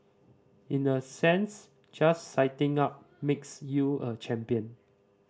in a sense just signing up makes you a champion